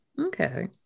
Okay